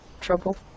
trouble